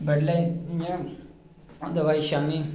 बड्डलै इयां ओह्दे बाद च शामीं